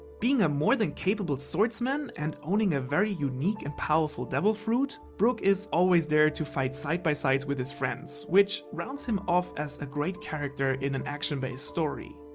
being a more than capable swordsman and owning a very unique and powerful devil fruit, brook is always there to fight side by side with his friends, which rounds him of as a great character in an action-based story.